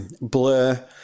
blur